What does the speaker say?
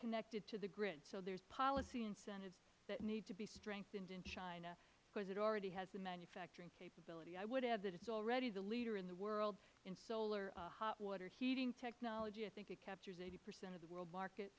connected to the grid so there are policy incentives that need to be strengthened in china because it already has the manufacturing capability i would add it is already the leader in the world in solar hot water heating technology i think it captures eighty percent of the world market